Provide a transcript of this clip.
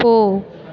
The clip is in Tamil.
போ